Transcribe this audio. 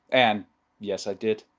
and yes i did,